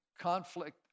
conflict